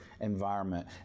environment